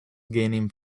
gaining